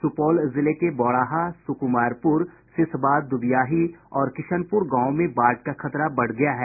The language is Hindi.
सुपौल जिले के बौराहा सुकुमारपुर सिसवा दुबियाही और किशनपुर गांवों में बाढ़ का खतरा बढ़ गया है